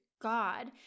God